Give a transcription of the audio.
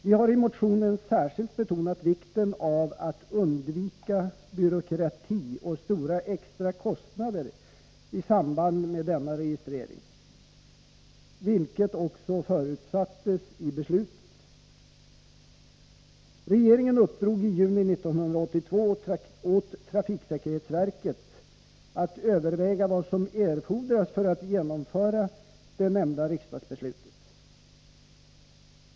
Vi har i motionen särskilt betonat vikten av att undvika byråkrati och stora extra kostnader i samband med denna registrering, vilket också förutsattes i beslutet. Regeringen uppdrog i juni 1982 åt trafiksäkerhetsverket att överväga vad som erfordras för att genomföra det nämnda riksdagsbeslutet.